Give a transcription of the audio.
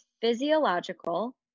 physiological